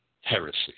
heresy